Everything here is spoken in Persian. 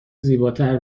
زیباتر